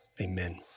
Amen